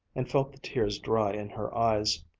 and felt the tears dry in her eyes.